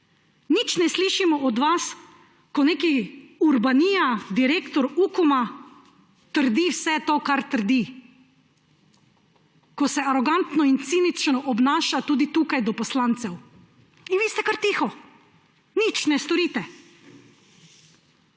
Nič ne slišimo od vas, ko nek Urbanija, direktor Ukoma trdi vse to, kar trdi, ko se arogantno in cinično obnaša tudi tukaj do poslancev. In vi ste kar tiho. Nič ne storite.